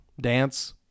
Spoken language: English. dance